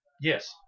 Yes